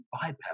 bypass